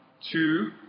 two